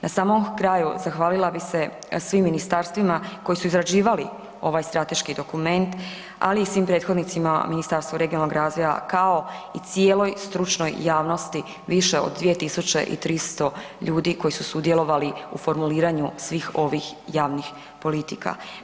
Na samom kraju zahvalila bih se svim ministarstvima koji su izrađivali ovaj strateški dokument, ali i svim prethodnicima Ministarstvu regionalnoga razvoja kao i cijeloj stručnoj javnosti, više od 2300 ljudi koji su sudjelovali u formuliranju svih ovih javnih politika.